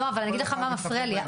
לא אבל אני אגיד לך מה מפריע לי,